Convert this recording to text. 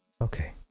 okay